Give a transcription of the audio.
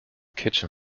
kitchen